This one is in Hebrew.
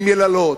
עם יללות,